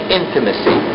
intimacy